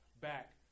back